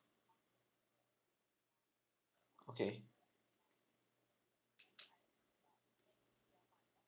okay